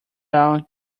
out